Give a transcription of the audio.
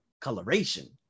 coloration